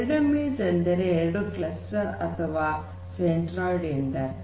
೨ means ಅಂದರೆ ಎರಡು cluster ಅಥವಾ ಸೆಂಟ್ರೋಯ್ಡ್ ಎಂದರ್ಥ